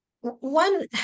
one